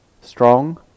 Strong